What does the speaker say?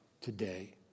today